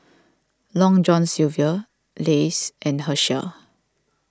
Long John Silver Lays and Herschel